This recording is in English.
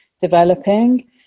developing